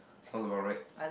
sounds about right